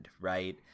right